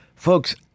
Folks